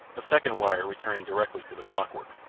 a second wire returning directly to the clockwork.